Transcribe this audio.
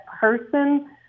person